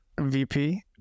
VP